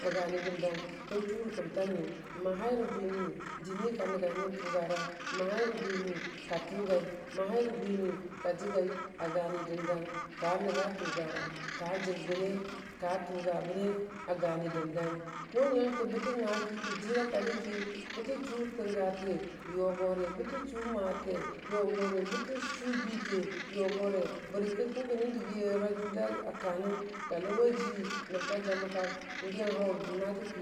a gani dəndang kən chʊ rə kəmtamiyu mə hairə bwimi jənika nəngaimən tʊgarang mə hai rə bwimi ka tʊgai, mə hai rə bwini ka jəgai a gani dəndang ka nənga tʊgarang ka jəgbəne ka tʊgabəne a gani dəndang kʊ nyənke bətə nyaki tə jər a tariki bətə chʊ təngate yʊgore bətə chʊ mate yʊgore bətə chʊ bite yʊgore bərə ki kʊ kənən dəgiyera jʊrda kanəng ka laʊwejʊ nəb ka jamənkang be har gʊmnatə ki.